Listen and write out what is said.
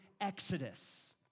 exodus